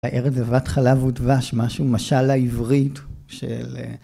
‫הארץ זבת חלב ודבש, ‫משהו, משל העברית של...